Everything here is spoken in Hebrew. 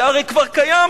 זה הרי כבר קיים,